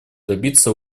добиться